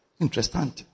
interesting